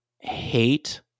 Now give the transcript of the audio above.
hate